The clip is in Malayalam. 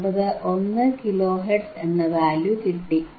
591 കിലോ ഹെർട്സ് എന്ന വാല്യൂ കിട്ടി